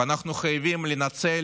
ואנחנו חייבים לנצל